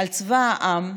על צבא העם,